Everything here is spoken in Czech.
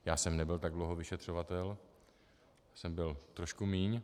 Já jsem nebyl tak dlouho vyšetřovatel, já jsem byl trošku míň.